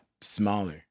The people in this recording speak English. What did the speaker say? smaller